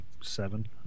Seven